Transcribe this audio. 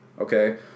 okay